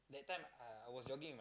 that time I was jogging